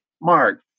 Mark